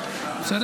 בסדר?